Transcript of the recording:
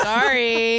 Sorry